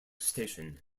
station